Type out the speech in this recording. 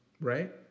Right